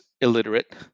illiterate